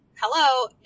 Hello